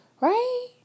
right